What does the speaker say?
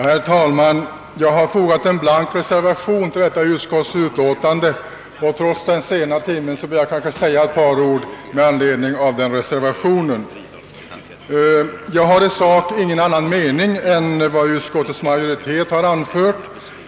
Herr talman! Jag har fogat en blank reservation till detta utskottsutlåtande, och trots den sena timmen vill jag säga ett par ord med anledning därav. I sak har jag ingen annan mening än den som utskottets majoritet har anfört.